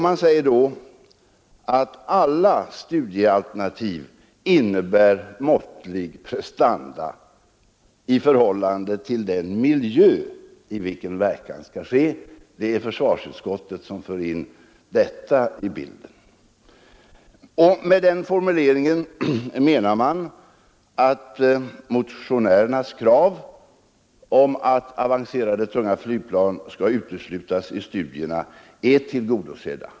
Man sade då att alla studiealternativ innebär måttlig prestanda i förhållande till den miljö i svarsutskottet som fört in detta i vilken verkan skall ske — det är fö bilden. Med den formuleringen menade man att motionärernas krav på att avancerade tunga flygplan skall uteslutas i studierna är tillgodosedda.